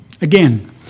again